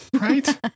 Right